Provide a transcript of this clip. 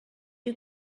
you